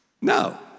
No